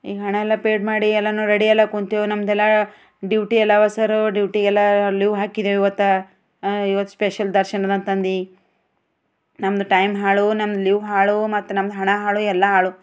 ಈಗ ಹಣ ಎಲ್ಲ ಪೇಯ್ಡ್ ಮಾಡಿ ಎಲ್ಲ ರೆಡಿಯೆಲ್ಲ ಕುಂತೀವಿ ನಮ್ದೆಲ್ಲ ಡ್ಯೂಟಿಯೆಲ್ಲ ಅವಸರು ಡ್ಯೂಟಿಯೆಲ್ಲ ಲೀವ್ ಹಾಕಿದೇವೆ ಗೊತ್ತ ಇವತ್ತು ಸ್ಪೆಷಲ್ ದರ್ಶನಾಂತಂದು ನಮ್ದು ಟೈಮ್ ಹಾಳು ನನ್ನ ಲೀವ್ ಹಾಳು ಮತ್ತೆ ನಮ್ದು ಹಣ ಹಾಳು ಎಲ್ಲ ಹಾಳು